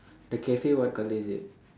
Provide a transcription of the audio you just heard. the cafe what colour is it